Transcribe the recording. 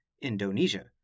Indonesia